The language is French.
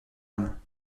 homme